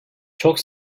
çok